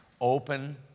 open